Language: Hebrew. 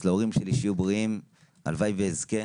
אז להורים שלי, שיהיו בריאים הלוואי ואזכה,